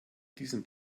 diesen